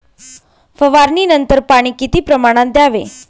फवारणीनंतर पाणी किती प्रमाणात द्यावे?